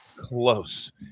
close